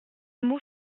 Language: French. mot